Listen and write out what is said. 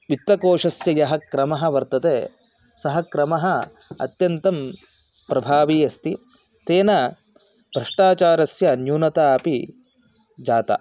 वित्तकोषस्य यः क्रमः वर्तते सः क्रमः अत्यन्तं प्रभावी अस्ति तेन भ्रष्टाचारस्य न्यूनता अपि जाता